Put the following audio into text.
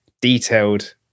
detailed